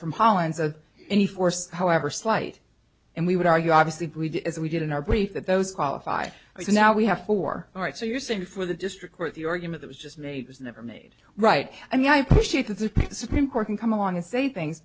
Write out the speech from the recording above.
from hollands of any force however slight and we would argue obviously grieved as we did in our break that those qualify so now we have four all right so you're saying for the district court the argument was just made was never made right i mean i appreciate that the supreme court can come along and say things